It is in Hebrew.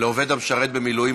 לעובד המשרת במילואים,